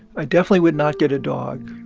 i definitely would not get a dog.